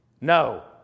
no